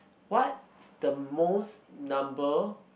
what's the most number